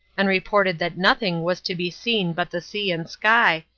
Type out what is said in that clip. and reported that nothing was to be seen but the sea and sky,